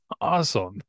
awesome